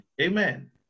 Amen